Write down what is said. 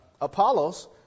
apollos